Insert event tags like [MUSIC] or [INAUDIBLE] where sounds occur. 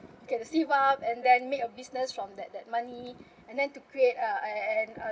you can save up and then make a business from that that money [BREATH] and then to create a a a and